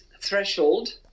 threshold